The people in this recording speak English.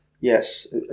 Yes